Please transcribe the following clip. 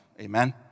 Amen